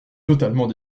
totalement